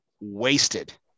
wasted